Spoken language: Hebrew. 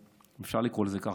אם אפשר לקרוא לזה כך,